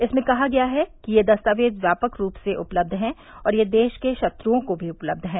इसमें कहा गया है कि ये दस्तावेज व्यापक रूप से उपलब्ध हैं और ये देश के शत्रश्नों को भी उपलब्ध हैं